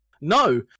No